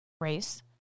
race